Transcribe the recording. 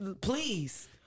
Please